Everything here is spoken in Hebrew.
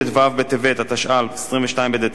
22 בדצמבר 2010,